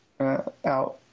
out